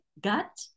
gut